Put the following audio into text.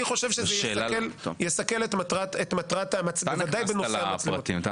אני חושב שזה יסכל את מטרת --- אתה נכנסת לפרטים.